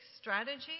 strategy